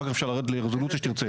אחר כך אפשר לרדת לרזולוציה שתרצה.